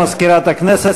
תודה למזכירת הכנסת.